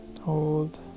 Hold